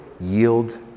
yield